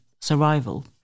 survival